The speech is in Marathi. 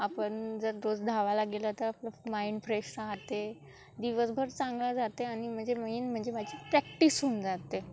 आपण जर रोज धावायला गेलं तर आपलं माइंड फ्रेश राहाते दिवसभर चांगला जाते आणि म्हणजे मेन म्हणजे माझी प्रॅक्टिस होऊन जाते